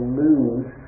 lose